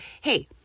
hey